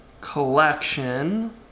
collection